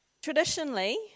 Traditionally